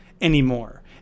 anymore